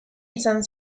izan